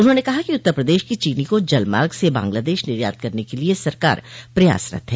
उन्होंने कहा कि उत्तर प्रदेश की चीनी को जल मार्ग से बांग्लादेश निर्यात करने के लिये सरकार प्रयासरत है